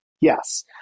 Yes